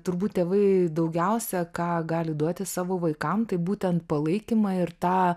turbūt tėvai daugiausia ką gali duoti savo vaikam tai būtent palaikymą ir tą